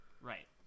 Right